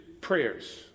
prayers